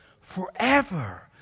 forever